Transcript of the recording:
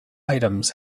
items